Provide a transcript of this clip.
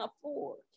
afford